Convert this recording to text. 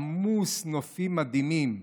עמוס נופים מדהימים,